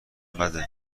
بده